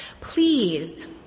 Please